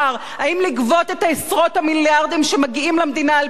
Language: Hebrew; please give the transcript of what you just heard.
האם לגבות את עשרות המיליארדים שמגיעים למדינה על-פי חוק,